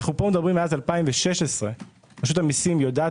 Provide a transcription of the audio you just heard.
אנו פה מדברים מאז 2016. רשות המיסים יודעת